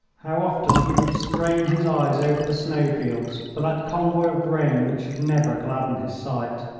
how often he would strain his eyes over the snow-fields for that convoy of grain which should never gladden his sight!